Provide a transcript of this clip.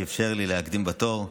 שאפשר לי להקדים בתור.